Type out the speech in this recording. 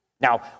now